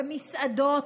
מסעדות,